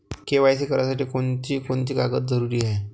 KYC करासाठी कोनची कोनची कागद जरुरी हाय?